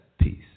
Peace